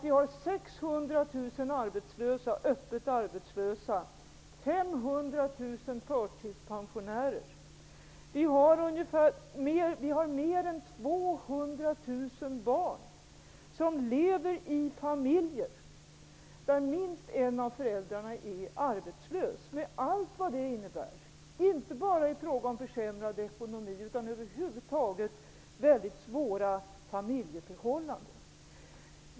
Vi har 600 000 öppet arbetslösa och 500 000 förtidspensionärer. Vi har mer än 200 000 barn som lever i familjer där minst en av föräldrarna är arbetslös, med allt vad det innebär inte bara i fråga om försämrad ekonomi utan över huvud taget väldigt svåra familjeförhållanden.